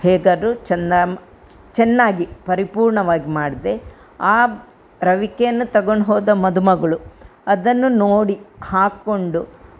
ಹೇಗಾದ್ರು ಚನ್ನಾಂ ಚೆನ್ನಾಗಿ ಪರಿಪೂರ್ಣವಾಗಿ ಮಾಡಿದೆ ಆ ರವಿಕೆಯನ್ನು ತಗೊಂಡು ಹೋದ ಮದುಮಗಳು ಅದನ್ನು ನೋಡಿ ಹಾಕಿಕೊಂಡು